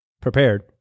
prepared